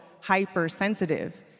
hypersensitive